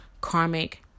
karmic